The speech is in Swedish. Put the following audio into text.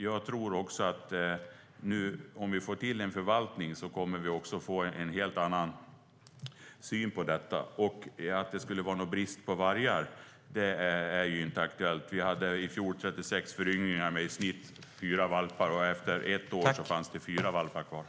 Jag tror också att om vi får till en förvaltning kommer vi att få en helt annan syn på detta.